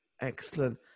Excellent